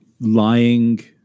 Lying